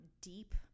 deep